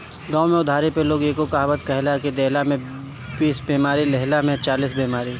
गांव में उधारी पे लोग एगो कहावत कहेला कि देहला में बीस बेमारी, लेहला में चालीस बेमारी